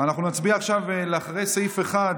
אנחנו נצביע עכשיו על אחרי סעיף 1,